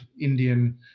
Indian